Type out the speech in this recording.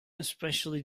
especially